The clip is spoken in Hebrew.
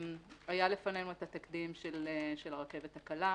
היה לפניהם את התקדים של הרכבת הקלה,